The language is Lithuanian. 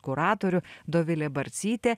kuratorių dovilė barcytė